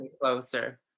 Closer